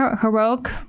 heroic